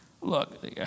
Look